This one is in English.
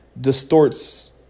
distorts